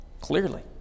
clearly